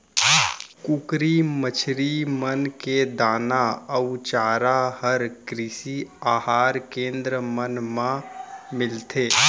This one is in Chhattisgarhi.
कुकरी, मछरी मन के दाना अउ चारा हर कृषि अहार केन्द्र मन मा मिलथे